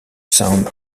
sound